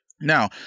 Now